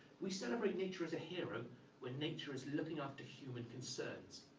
we celebrate nature as a hero when nature is looking after human concerns.